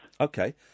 Okay